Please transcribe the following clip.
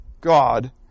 God